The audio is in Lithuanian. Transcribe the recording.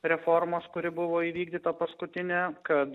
reformos kuri buvo įvykdyta paskutinė kad